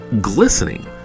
glistening